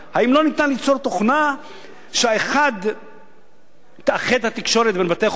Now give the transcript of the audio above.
האם לא ניתן ליצור תוכנה שתאחד את התקשורת בין בתי-החולים